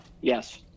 Yes